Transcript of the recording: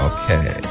Okay